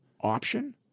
option